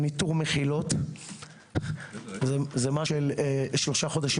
ניטור מחילות זה משהו גדול מאוד.